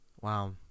Wow